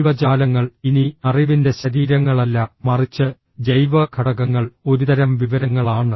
ജീവജാലങ്ങൾ ഇനി അറിവിന്റെ ശരീരങ്ങളല്ല മറിച്ച് ജൈവ ഘടകങ്ങൾ ഒരുതരം വിവരങ്ങളാണ്